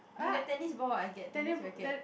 you get tennis ball I get tennis racket